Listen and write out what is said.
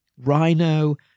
rhino